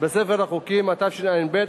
ספר החוקים התשע"ב,